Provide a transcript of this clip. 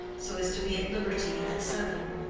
so as to be at liberty at seven,